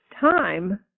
time